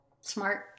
Smart